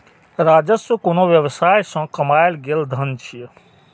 राजस्व कोनो व्यवसाय सं कमायल गेल धन छियै